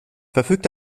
verfügt